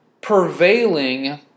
prevailing